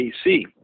AC